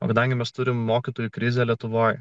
o kadangi mes turime mokytojų krizę lietuvoje